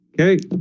okay